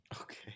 Okay